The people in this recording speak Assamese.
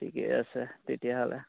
ঠিকে আছে তেতিয়াহ'লে